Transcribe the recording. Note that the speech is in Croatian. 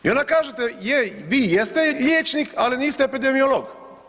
I onda kažete je, vi jeste liječnik, ali niste epidemiolog.